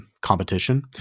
competition